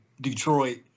Detroit